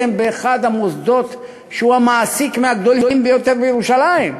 באחד המוסדות שהוא מעסיק מהגדולים ביותר בירושלים.